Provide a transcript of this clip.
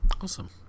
awesome